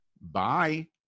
Bye